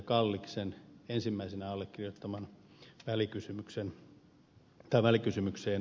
kalliksen ensimmäisenä allekirjoittamaan välikysymykseen liittyen